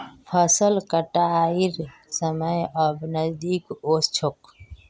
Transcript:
फसल कटाइर समय अब नजदीक ओस छोक